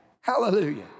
Hallelujah